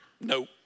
Nope